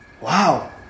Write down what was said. Wow